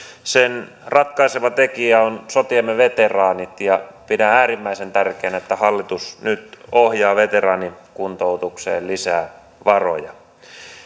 sen ratkaiseva tekijä on sotiemme veteraanit ja pidän äärimmäisen tärkeänä että hallitus nyt ohjaa veteraanikuntoutukseen lisää varoja